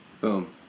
Boom